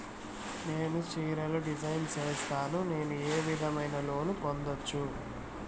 నేను చీరలు డిజైన్ సేస్తాను, నేను ఏ విధమైన లోను పొందొచ్చు